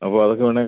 അപ്പോൾ അതൊക്കെ വേണം